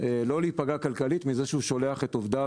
לא להפגע כלכלית מזה שהוא שולח את עובדיו